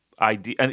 idea